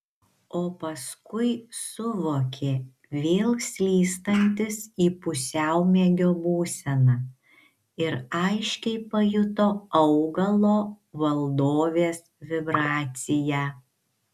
o paskui suvokė vėl slystantis į pusiaumiegio būseną ir aiškiai pajuto augalo valdovės vibraciją